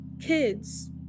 kids